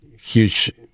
huge